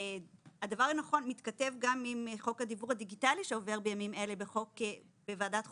הדבר מתכתב גם עם חוק הדיוור הדיגיטלי שעובר בימים אלה בוועדת החוקה.